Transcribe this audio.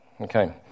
Okay